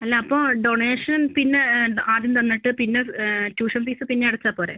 അല്ല അപ്പോൾ ഡൊണേഷൻ പിന്നെ ആദ്യം തന്നിട്ട് പിന്നെ ട്യൂഷൻ ഫീസ് പിന്നെ അടച്ചാൽ പോരേ